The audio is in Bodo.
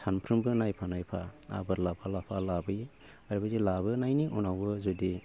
सानफ्रोमबो नायफा नायफा आबाद लाफा लाफा लाबोयो आरो बिदि लाबोनायनि उनावबो जुदि